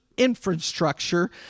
Infrastructure